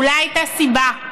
אולי הייתה סיבה.